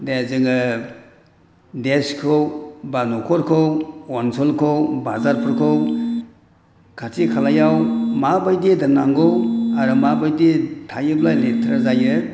जे जोङो देशखौ एबा न'खरखौ ओनसोलखौ बाजारफोरखौ खाथि खालायाव माबायदि दोननांगौ आरो माबायदि थायोब्ला लेथ्रा जायो